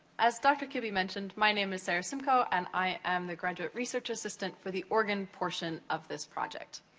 as dr. kibbie mentioned, my name is sarah simco, an i am the graduate research assistant for the organ portion of this project.